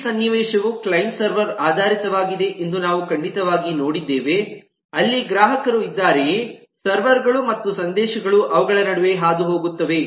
ಇಡೀ ಸನ್ನಿವೇಶವು client server ಆಧಾರಿತವಾಗಿದೆ ಎಂದು ನಾವು ಖಂಡಿತವಾಗಿ ನೋಡಿದ್ದೇವೆ ಅಲ್ಲಿ ಗ್ರಾಹಕರು ಇದ್ದಾರೆಯೇ ಸರ್ವರ್ ಗಳು ಮತ್ತು ಸಂದೇಶಗಳು ಅವುಗಳ ನಡುವೆ ಹಾದುಹೋಗುತ್ತವೆ